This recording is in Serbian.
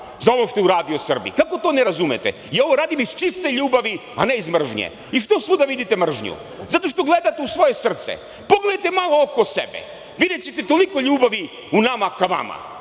za ovo što je uradio Srbiji. Kako to ne razumete? Ja ovo radim iz čiste ljubavi a ne iz mržnje i što svuda vidite mržnju? Zato što gledate u svoje srce. Pogledajte malo oko sebe. Videćete toliko ljubavi u nama ka vama.